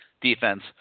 defense